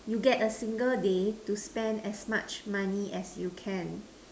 you get a single day to spend as much money as you can